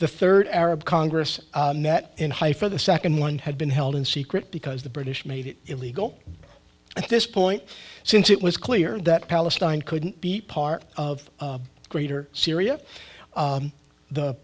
the third arab congress met in high for the second one had been held in secret because the british made it illegal at this point since it was clear that palestine couldn't be part of greater syria